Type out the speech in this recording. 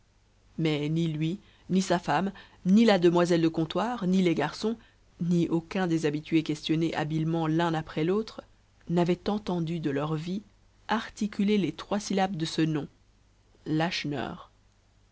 mais ni lui ni sa femme ni la demoiselle de comptoir ni les garçons ni aucun des habitués questionnés habilement l'un après l'autre n'avaient entendu de leur vie articuler les trois syllabes de ce nom lacheneur